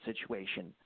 situation